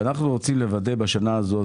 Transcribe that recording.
אנחנו רוצים לוודא בשנה הזאת,